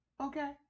Okay